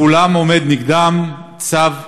שנגד כולם עומד צו הריסה,